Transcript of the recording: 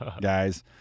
guys